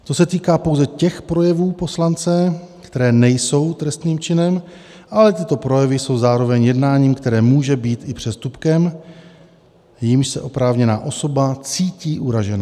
To se týká pouze těch projevů poslance, které nejsou trestným činem, ale tyto projevy jsou zároveň jednáním, které může být i přestupkem, jímž se oprávněná osoba cítí uražena.